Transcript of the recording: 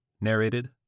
Narrated